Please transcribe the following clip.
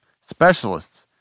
Specialists